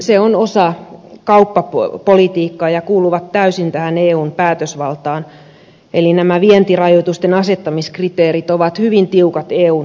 se on osa kauppapolitiikkaa ja kuuluu täysin tähän eun päätösvaltaan eli vientirajoitusten asettamiskriteerit ovat hyvin tiukat eun tasolla